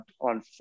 on